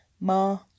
Ma